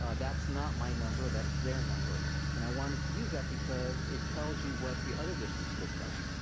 ah that's not my number, that's their number. and i wanted to use that because it tells you what the other districts look like.